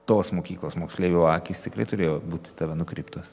tos mokyklos moksleivių akys tikrai turėjo būt į tave nukreiptos